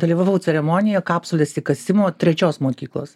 dalyvavau ceremonijoj kapsulės įkasimo trečios mokyklos